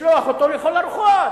לשלוח אותו לכל הרוחות,